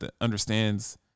understands